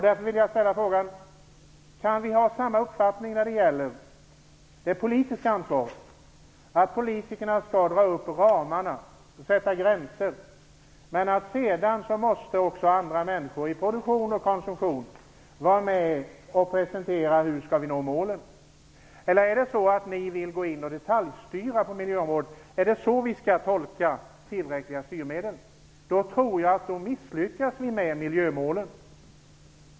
Därför undrar jag om vi kan ha samma uppfattning när det gäller det politiska ansvaret, nämligen att politikerna skall dra upp ramarna och sätta gränser men att sedan måste även andra människor i produktion och konsumtion vara med och presentera hur vi skall nå målen. Eller är det så att ni vill gå in och detaljstyra på miljöområdet? Är det så vi skall tolka "tillräckliga styrmedel"? I så fall tror jag att vi kommer att misslyckas med miljömålen.